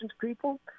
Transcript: people